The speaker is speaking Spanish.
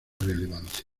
relevancia